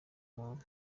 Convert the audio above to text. muntu